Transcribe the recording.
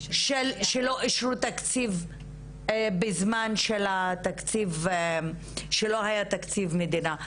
שלא אישרו תקציב בזמן שלא היה תקציב מדינה.